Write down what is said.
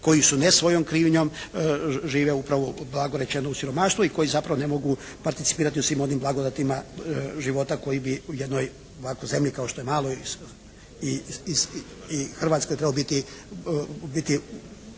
koji su ne svojom krivnjom žive upravo blago rečeno u siromaštvu i koji zapravo ne mogu participirati u svim onim blagodatima života koji bi u jednoj ovakvoj zemlji kao što je malo i Hrvatskoj trebao biti